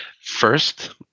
first